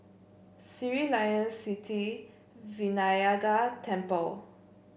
Sri Layan Sithi Vinayagar Temple